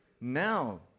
Now